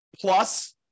Plus